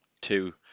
two